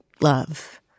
love